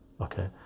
okay